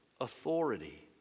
authority